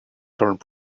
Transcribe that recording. current